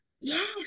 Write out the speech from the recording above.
Yes